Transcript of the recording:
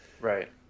Right